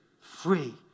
Free